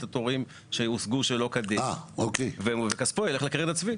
התורים שהושגו שלא כדין וכספו ילך לקרן הצבי.